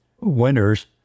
winners